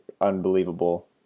unbelievable